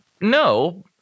No